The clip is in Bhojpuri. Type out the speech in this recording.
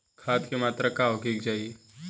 खाध के मात्रा का होखे के चाही?